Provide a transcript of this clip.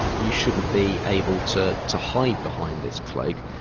you shouldn't be able to to hide behind this cloak.